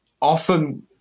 often